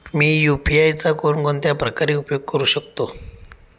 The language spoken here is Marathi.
मी यु.पी.आय चा कोणकोणत्या प्रकारे उपयोग करू शकतो?